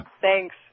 Thanks